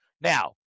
Now